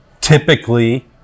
Typically